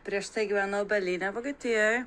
prieš tai gyvenau berlyne vokietijoj